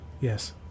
Yes